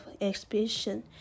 exhibition